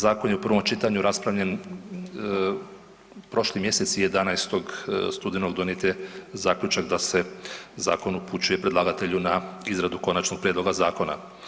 Zakon je u prvom čitanju raspravljen prošli mjesec, 11. studenog donijet je zaključak da se zakon upućuje predlagatelju na izradu končanog prijedloga zakona.